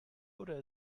oder